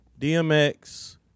DMX